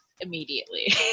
immediately